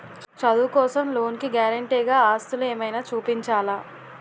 చదువు కోసం లోన్ కి గారంటే గా ఆస్తులు ఏమైనా చూపించాలా?